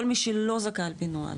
כל מי שלא זכאי על פי נוהל,